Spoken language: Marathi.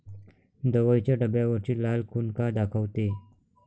दवाईच्या डब्यावरची लाल खून का दाखवते?